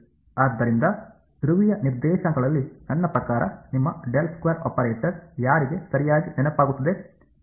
ಆದ್ದರಿಂದ ಧ್ರುವೀಯ ನಿರ್ದೇಶಾಂಕಗಳಲ್ಲಿ ನನ್ನ ಪ್ರಕಾರ ನಿಮ್ಮ ಆಪರೇಟರ್ ಯಾರಿಗೆ ಸರಿಯಾಗಿ ನೆನಪಾಗುತ್ತದೆ